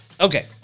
Okay